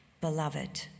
Beloved